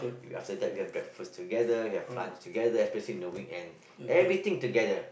we after that we have breakfast together we have lunch together especially in the weekend everything together